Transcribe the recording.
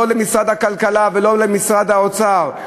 לא את משרד הכלכלה ולא את משרד האוצר.